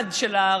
המעמד של הרבנות